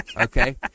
okay